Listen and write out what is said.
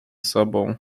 sobą